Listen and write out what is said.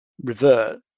revert